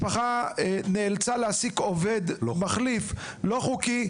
שמשפחה נאלצה להעסיק עובד מחליף לא חוקי,